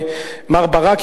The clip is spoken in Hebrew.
מר ברק,